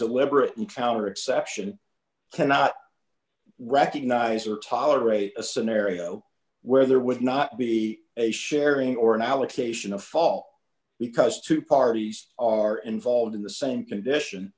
deliberately towner exception cannot recognize or tolerate a scenario where there would not be a sharing or an allocation of fall because two parties are involved busy in the same condition